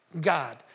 God